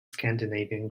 scandinavian